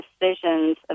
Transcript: decisions